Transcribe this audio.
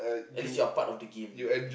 at least you are part of the game